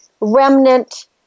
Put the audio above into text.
Remnant